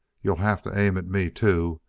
you'll have to aim at me, too.